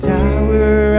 Tower